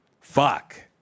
Fuck